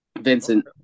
Vincent